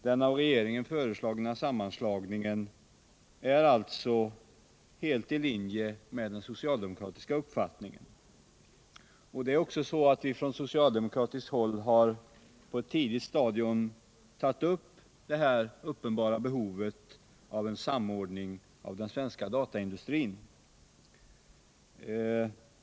Den av regeringen föreslagna sammanslagningen är alltså helt i linje med den socialdemokratiska uppfattningen. Från socialdemokratiskt håll har vi också på ett tidigt stadium tagit upp det uppenbara behovet av en samordning av den svenska dataindustrin.